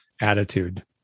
attitude